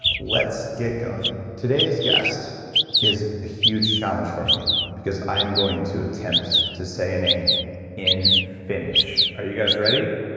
let's get going. today's guest is a huge challenge for me because i am going to attempt to say a name in finnish. are you guys ready?